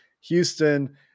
Houston